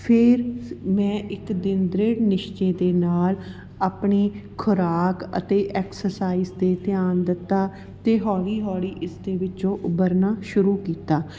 ਫਿਰ ਮੈਂ ਇੱਕ ਦਿਨ ਦ੍ਰਿੜ ਨਿਸ਼ਚੇ ਦੇ ਨਾਲ ਆਪਣੀ ਖੁਰਾਕ ਅਤੇ ਐਕਸਰਸਾਈਜ਼ 'ਤੇ ਧਿਆਨ ਦਿੱਤਾ ਅਤੇ ਹੌਲੀ ਹੌਲੀ ਇਸ ਦੇ ਵਿੱਚੋਂ ਉਭਰਨਾ ਸ਼ੁਰੂ ਕੀਤਾ